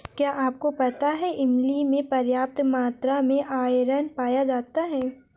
क्या आपको पता है इमली में पर्याप्त मात्रा में आयरन पाया जाता है?